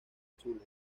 azules